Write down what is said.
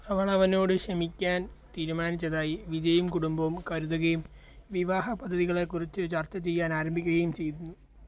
അവൾ അവനോട് ക്ഷമിക്കാൻ തീരുമാനിച്ചതായി വിജയിയും കുടുംബവും കരുതുകയും വിവാഹ പദ്ധതികളെക്കുറിച്ച് ചർച്ച ചെയ്യാൻ ആരംഭിക്കുകയും ചെയ്യുന്നു